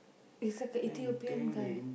is like an Ethiopian guy